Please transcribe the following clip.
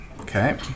Okay